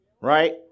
Right